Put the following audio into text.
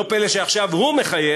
לא פלא שעכשיו הוא מחייך,